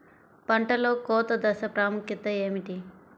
పంటలో కోత దశ ప్రాముఖ్యత ఏమిటి?